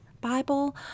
Bible